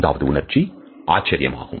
ஐந்தாவது உணர்ச்சி ஆச்சரியம் ஆகும்